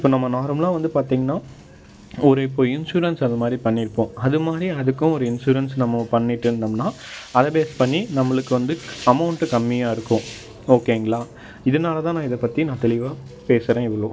இப்போ நம்ம நார்மலாக வந்து பார்த்தீங்கன்னா ஒரு இப்போ இன்சூரன்ஸ் அது மாதிரி பண்ணிருப்போம் அது மாதிரி அதுக்கும் ஒரு இன்சூரன்ஸ் நம்ம பண்ணிட்டுருந்தம்னா அதை பேஸ் பண்ணி நம்ளுக்கு வந்து அமௌண்ட்டு கம்மியாக இருக்கும் ஓகேங்களா இதனால் தான் நான் இதை பற்றி நான் தெளிவாகப் பேசறேன் இவ்வளோ